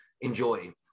enjoy